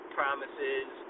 promises